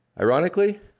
Ironically